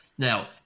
Now